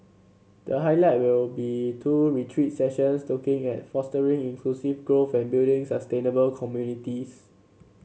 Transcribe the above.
the highlight will be two retreat sessions looking at fostering inclusive growth and building sustainable communities